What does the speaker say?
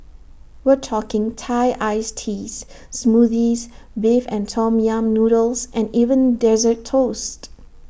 we're talking Thai iced teas Smoothies Beef and Tom yam noodles and even Dessert Toasts